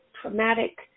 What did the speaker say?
traumatic